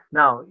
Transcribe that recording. now